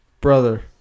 brother